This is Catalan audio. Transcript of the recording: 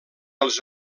els